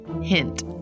Hint